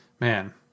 man